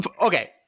okay